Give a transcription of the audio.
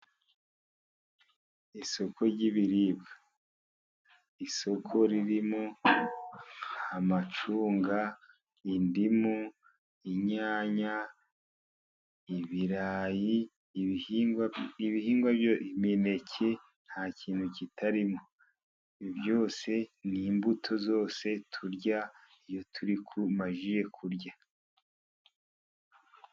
Isoko ry'ibiribwa, isoko ririmo amacunga, indimu, inyanya, ibirayi, ibihingwa, imineke nta kintu kitarimo. Byose ni imbuto zose turya iyo tumajije kurya.